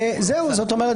זאת אומרת,